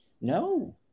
No